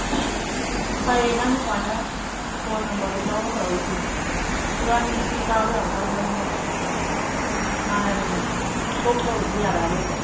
ꯐꯩꯌꯦ ꯅꯪꯅ ꯁꯨꯃꯥꯏꯅ ꯐꯣꯟ ꯅꯝꯕꯔꯒ ꯂꯧꯔꯒ ꯇꯧꯔꯛꯏꯁꯦ ꯏꯕꯥꯅꯤꯗꯤ ꯆꯤꯡ ꯀꯥꯕ ꯌꯥꯝ ꯀꯟꯕꯅꯤꯅ ꯃꯥꯟꯅꯔꯦꯗꯅ ꯑꯇꯣꯞꯄꯗ ꯑꯣꯏꯔꯗꯤ ꯌꯥꯔꯛꯑꯔꯣꯏꯕ